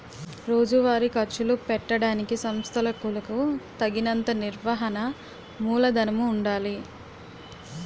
రోజువారీ ఖర్చులు పెట్టడానికి సంస్థలకులకు తగినంత నిర్వహణ మూలధనము ఉండాలి